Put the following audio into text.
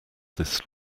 this